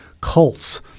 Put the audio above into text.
cults